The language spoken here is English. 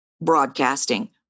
broadcasting